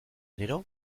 gero